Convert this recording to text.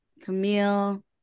Camille